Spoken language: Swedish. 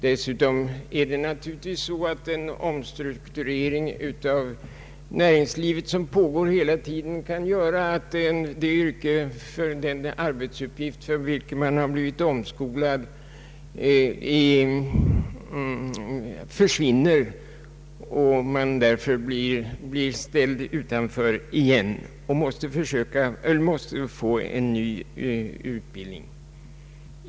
Dessutom kan givetvis den omstrukturering av näringslivet som hela tiden pågår medföra att den arbetsuppgift för vilken en person blivit omskolad försvinner och han därför återigen blir ställd utanför och måste få en ny utbildning.